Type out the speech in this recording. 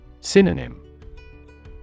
Synonym